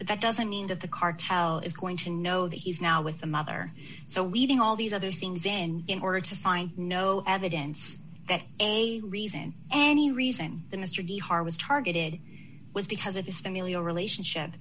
but that doesn't mean that the cartel is going to know that he's now with the mother so leaving all these other things in in order to find no evidence that a reason any reason mr de hart was targeted was because of his familial relationship